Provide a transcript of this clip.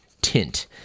tint